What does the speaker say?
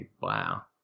Wow